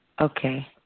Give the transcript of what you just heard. Okay